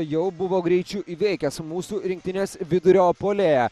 jau buvo greičiu įveikęs mūsų rinktinės vidurio puolėją